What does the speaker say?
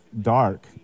dark